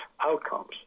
outcomes